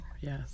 yes